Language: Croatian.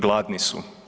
Gladni su.